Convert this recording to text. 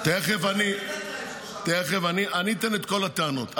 תכף אני אתן את כל הטענות.